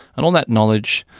and all that knowledge,